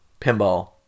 pinball